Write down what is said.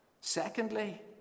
Secondly